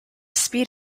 speed